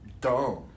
dumb